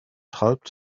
helped